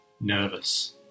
nervous